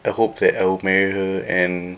I hope that I will marry her and